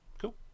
Cool